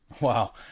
Wow